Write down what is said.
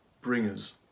bringers